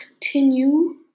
continue